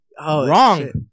Wrong